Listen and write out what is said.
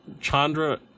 Chandra